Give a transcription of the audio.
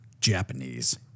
Japanese